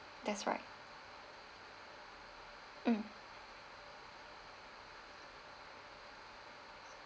that's right mm